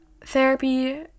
therapy